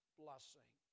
blessing